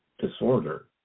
disorder